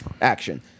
Action